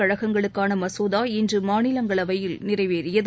கழகங்களுக்கான மசோதா இன்று மாநிலங்களவையில் நிறைவேறியது